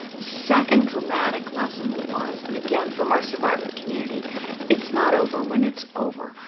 second dramatic lesson was and again, from our survivor community it's not over when it's over.